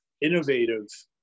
innovative